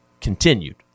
continued